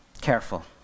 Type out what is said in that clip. careful